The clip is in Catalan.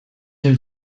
del